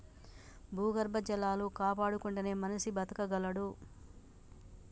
భూగర్భ జలాలు కాపాడుకుంటేనే మనిషి బతకగలడు